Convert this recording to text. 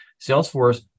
Salesforce